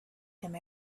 him